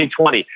2020